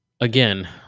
Again